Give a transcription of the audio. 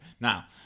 now